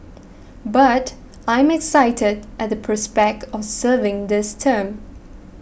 but I'm excited at the prospect of serving this term